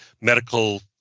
medical